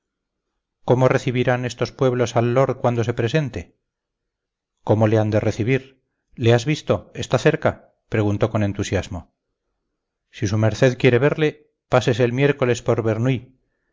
cómo recibirán estos pueblos al lord cuando se presente cómo le han de recibir le has visto está cerca preguntó con entusiasmo si su merced quiere verle pásese el miércoles por bernuy